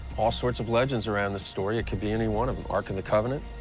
all sorts of legends around this story. it could be any one of them, ark of the covenant.